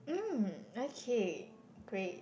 um okay great